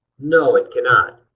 no. it cannot.